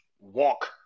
walk